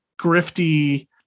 grifty